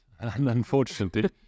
unfortunately